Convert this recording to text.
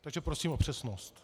Takže prosím o přesnost.